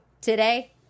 today